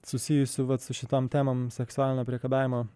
susijusių su šitom temom seksualinio priekabiavimo